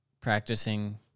practicing